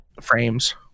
frames